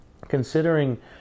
Considering